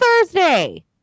Thursday